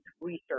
research